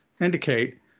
indicate